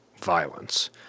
violence